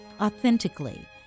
authentically